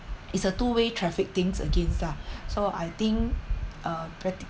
it's a two way traffic things against ah so I think uh